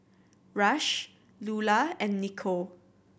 Rush Lulah and Nico